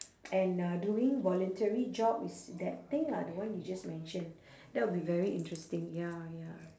and uh doing voluntary job is that thing lah the one you just mention that'll be very interesting ya ya